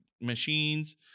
machines